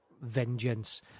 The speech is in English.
vengeance